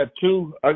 two